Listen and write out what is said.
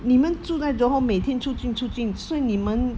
你们住在 johor 每天出进出进所以你们